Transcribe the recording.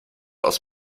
aus